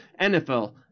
NFL